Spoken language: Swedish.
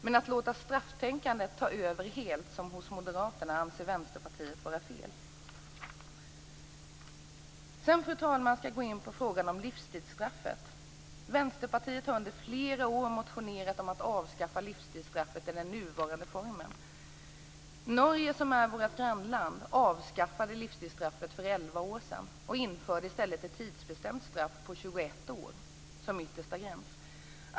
Men att låta strafftänkandet ta över helt, som hos Moderaterna, anser Vänsterpartiet vara fel. Sedan, fru talman, skall jag gå in på frågan om livstidsstraffet. Vänsterpartiet har under flera år motionerat om att avskaffa livstidsstraffet i den nuvarande formen. Norge, som är vårt grannland, avskaffade livstidsstraffet för elva år sedan och införde i stället ett tidsbestämt straff på 21 år som yttersta gräns.